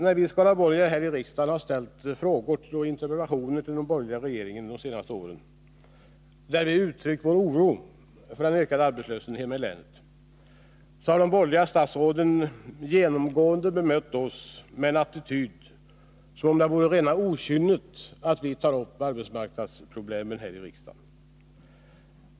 När vi skaraborgare här i riksdagen har ställt frågor och interpellationer till den borgerliga regeringen de senaste åren, där vi uttryckt vår oro för den ökande arbetslösheten hemma i länet, har de borgerliga statsråden genomgående bemött oss med en attityd som om det vore rena okynnet att vi tar upp arbetsmarknadsproblem här i riksdagen.